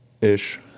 ish